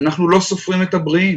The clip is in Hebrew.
אנחנו לא סופרים את הבריאים